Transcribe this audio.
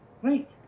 great